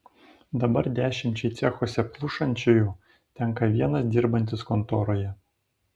dabar dešimčiai cechuose plušančiųjų tenka vienas dirbantis kontoroje